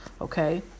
okay